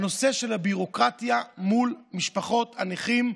והוא נושא הביורוקרטיה מול משפחות הנכים,